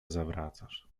zawracasz